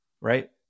right